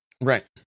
Right